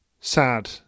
sad